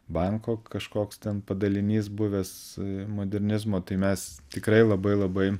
banko kažkoks ten padalinys buvęs modernizmo tai mes tikrai labai labai